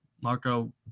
Marco